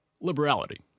Liberality